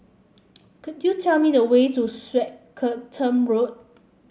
could you tell me the way to Swettenham Road